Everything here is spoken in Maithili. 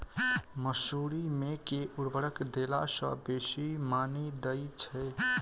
मसूरी मे केँ उर्वरक देला सऽ बेसी मॉनी दइ छै?